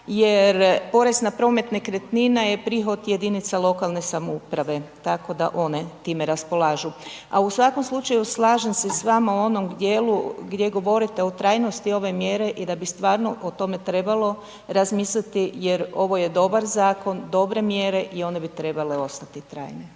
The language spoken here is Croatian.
jer porez na promet nekretnina je prihod jedinica lokalne samouprave. Tako da one time raspolažu. A u svakom slučaju slažem se s vama u onom dijelu gdje govorite o trajnosti ove mjere i da bi stvarno o tome trebalo razmisliti jer ovo je dobar zakon, dobre mjere i one bi trebale ostati trajne.